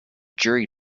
jury